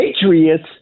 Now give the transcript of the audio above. patriots